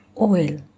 Oil